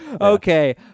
Okay